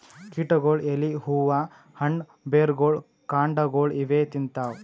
ಕೀಟಗೊಳ್ ಎಲಿ ಹೂವಾ ಹಣ್ಣ್ ಬೆರ್ಗೊಳ್ ಕಾಂಡಾಗೊಳ್ ಇವೇ ತಿಂತವ್